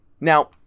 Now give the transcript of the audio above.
Now